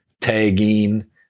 tagging